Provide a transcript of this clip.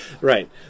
Right